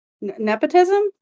Nepotism